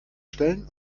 stellen